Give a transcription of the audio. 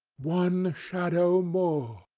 one shadow more!